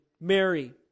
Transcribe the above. Mary